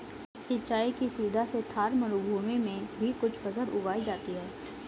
सिंचाई की सुविधा से थार मरूभूमि में भी कुछ फसल उगाई जाती हैं